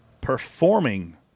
performing